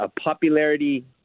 popularity